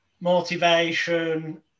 motivation